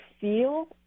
feel